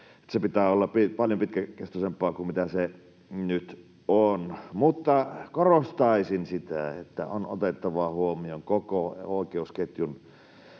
sen pitää olla paljon pitkäkestoisempaa kuin mitä se nyt on. Mutta korostaisin sitä, että on otettava huomioon koko oikeusketjun